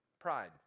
Pride